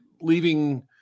leaving